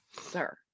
Sir